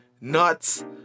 nuts